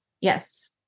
Yes